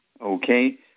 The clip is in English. Okay